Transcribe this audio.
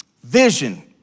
Vision